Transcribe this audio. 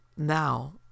Now